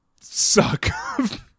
suck